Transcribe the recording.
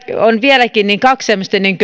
on vieläkin kaksi